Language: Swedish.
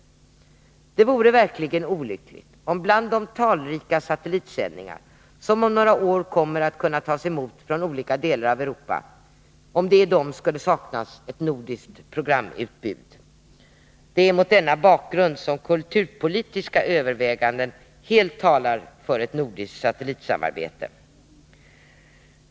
Det vore verkligen olyckligt om det, bland de talrika satellitsändningar som om några år kommer att kunna tas emot från olika delar av Europa, skulle saknas ett nordiskt programutbud. Det är mot denna bakgrund som kulturpolitiska överväganden helt talar för ett nordiskt satellitsamarbete.